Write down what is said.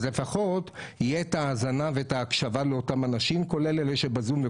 אז לפחות תהיה את ההאזנה וההקשבה מאותם אנשים כולל אלה שבזום.